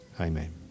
Amen